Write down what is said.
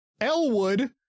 Elwood